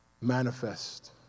manifest